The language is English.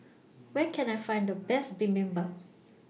Where Can I Find The Best Bibimbap